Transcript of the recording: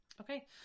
okay